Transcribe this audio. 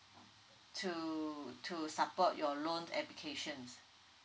so to support your loan applications